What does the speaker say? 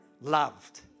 loved